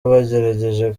bagerageje